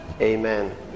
Amen